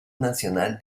nacional